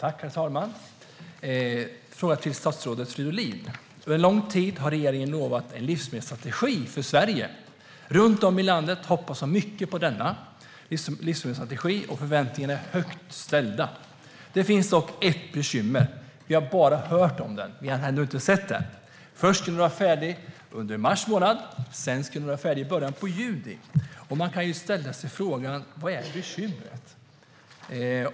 Herr talman! Jag har en fråga till statsrådet Fridolin. Under lång tid har regeringen lovat en livsmedelsstrategi för Sverige. Runt om i landet hoppas man mycket på denna livsmedelsstrategi. Förväntningarna är högt ställda. Det finns dock ett bekymmer: Vi har bara hört om den. Vi har ännu inte sett den. Först skulle den vara färdig under mars månad. Sedan skulle den vara färdig i början av juni. Man kan fråga sig: Vad är bekymret?